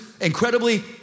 incredibly